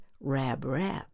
Rab-Rab